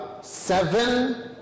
seven